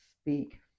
speak